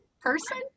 person